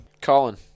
Colin